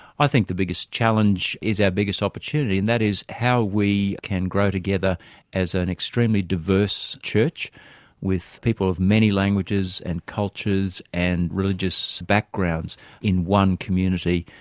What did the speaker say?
i think the biggest challenge is our biggest opportunity and that is how we can grow together as an extremely diverse church with people of many languages and cultures and religious backgrounds in one community.